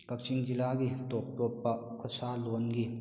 ꯀꯛꯆꯤꯡ ꯖꯤꯂꯥꯒꯤ ꯇꯣꯞ ꯇꯣꯞꯄ ꯈꯨꯠꯁꯥꯂꯣꯟꯒꯤ